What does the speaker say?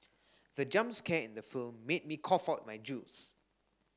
the jump scare in the film made me cough out my juice